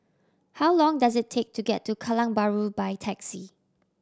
how long does it take to get to Kallang Bahru by taxi